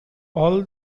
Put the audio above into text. all